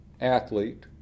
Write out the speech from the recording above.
athlete